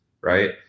right